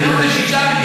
היום זה 6 מיליארד,